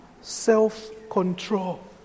self-control